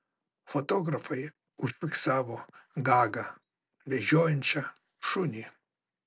fotografai užfiksavo gagą vedžiojančią šunį